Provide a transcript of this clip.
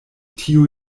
tiu